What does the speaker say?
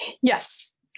yes